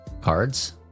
cards